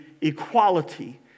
equality